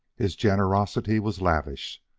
his generosity was lavish.